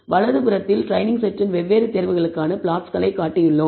வலது புறத்தில் ட்ரெய்னிங் செட்டின் வெவ்வேறு தேர்வுகளுக்கான பிளாட்ஸ்களைக் காட்டியுள்ளோம்